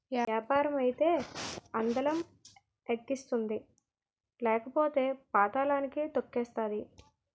యాపారం అయితే అందలం ఎక్కిస్తుంది లేకపోతే పాతళానికి తొక్కేతాది